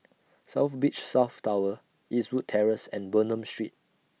South Beach South Tower Eastwood Terrace and Bernam Street